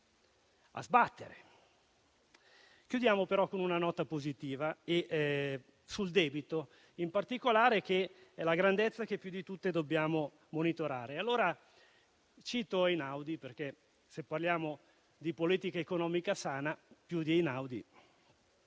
a sbattere. Chiudiamo però con una nota positiva sul debito, in particolare, che è la grandezza che più di tutte dobbiamo monitorare. Allora cito Einaudi, visto che parliamo di politica economica sana. Siamo nel